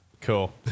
cool